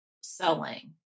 selling